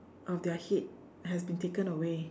of their head has been taken away